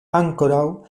ankoraŭ